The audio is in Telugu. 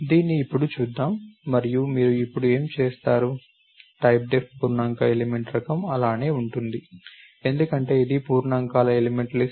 దీన్ని ఇప్పుడు చూద్దాం మరియు మీరు ఇప్పుడు ఏమి చూస్తారు టైప్డెఫ్ పూర్ణాంక ఎలిమెంట్ రకం అలానే ఉంటుంది ఎందుకంటే ఇది పూర్ణాంకాల ఎలిమెంట్ల లిస్ట్